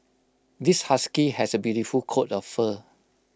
this husky has A beautiful coat of fur